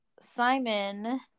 Simon